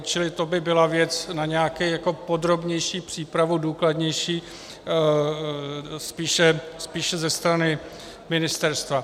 Čili to by byla věc na nějakou podrobnější přípravu, důkladnější spíše ze strany ministerstva.